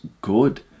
good